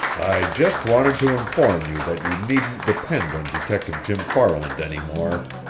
i just wanted to inform you that you needn't depend on detective jim farland any more.